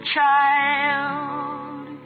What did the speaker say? Child